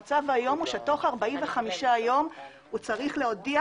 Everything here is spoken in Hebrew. המצב היום הוא שתוך 45 ימים הוא צריך להודיע